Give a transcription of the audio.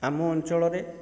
ଆମ ଅଞ୍ଚଳରେ